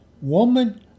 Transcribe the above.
woman